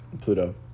Pluto